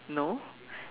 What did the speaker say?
no